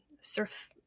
surf